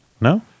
No